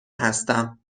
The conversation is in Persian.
هستم